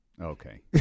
Okay